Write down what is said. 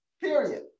period